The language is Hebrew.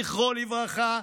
זכרו לברכה,